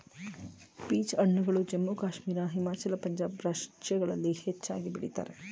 peach ಹಣ್ಣುಗಳು ಜಮ್ಮು ಕಾಶ್ಮೀರ, ಹಿಮಾಚಲ, ಪಂಜಾಬ್ ರಾಜ್ಯಗಳಲ್ಲಿ ಹೆಚ್ಚಾಗಿ ಬೆಳಿತರೆ